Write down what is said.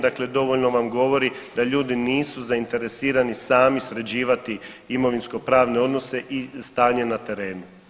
Dakle, dovoljno vam govori da ljudi nisu zainteresirani sami sređivati imovinsko-pravne odnose i stanje na terenu.